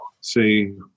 see